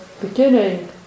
beginning